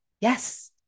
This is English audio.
Yes